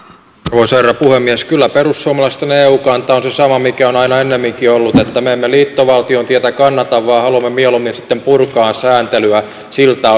arvoisa herra puhemies kyllä perussuomalaisten eu kanta on se sama mikä on aina ennemminkin ollut että me emme liittovaltion tietä kannata vaan haluamme mieluummin sitten purkaa sääntelyä siltä